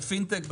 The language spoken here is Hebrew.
בפינטק,